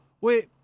wait